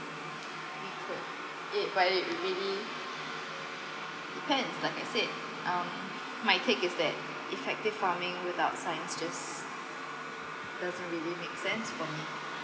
we could it but it would really depend like I said um my take is that effective farming without science just doesn't really make sense for me